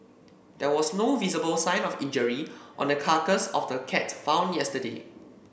there was no visible sign of injury on the carcass of the cat found yesterday